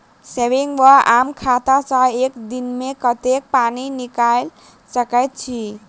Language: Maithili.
सेविंग वा आम खाता सँ एक दिनमे कतेक पानि निकाइल सकैत छी?